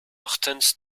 ochtends